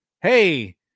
Hey